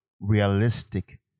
realistic